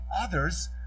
others